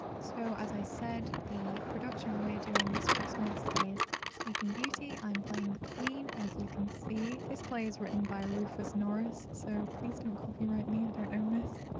so as i said, the production we're doing this christmas is sleeping beauty, i'm playing the queen, as you can see. this play is written by rufus norris, so please don't copyright me, i don't own i mean this!